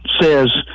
says